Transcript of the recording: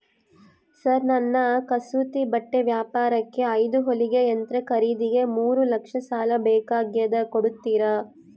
Sir ನನ್ನ ಕಸೂತಿ ಬಟ್ಟೆ ವ್ಯಾಪಾರಕ್ಕೆ ಐದು ಹೊಲಿಗೆ ಯಂತ್ರ ಖರೇದಿಗೆ ಮೂರು ಲಕ್ಷ ಸಾಲ ಬೇಕಾಗ್ಯದ ಕೊಡುತ್ತೇರಾ?